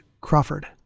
Crawford